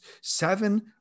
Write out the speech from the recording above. seven